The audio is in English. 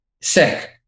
sick